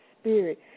spirit